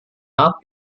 art